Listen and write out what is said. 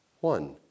one